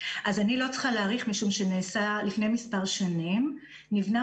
אני לא צריכה להעריך משום שלפני מספר שנים נבנה